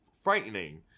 Frightening